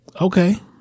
okay